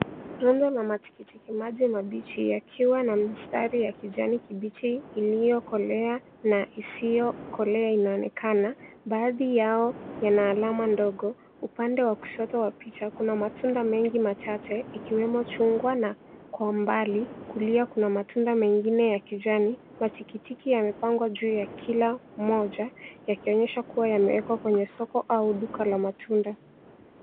Rundo ya matikitiki maji yakiwa na mstari ya kijani kibichi iliyokolea na isiyokolea inaonekana, baadhi yao yana alama ndogo. Upande wa kushoto wa picha kuna matunda mengi machache ikiwemo chungwa na kwa umbali kulia kuna matunda mengine ya kijani. Matikitiki yamepangwa juu ya kila moja, yakionyesha kuwa yameekwa kwenye soko au duka la matunda.